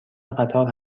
قطار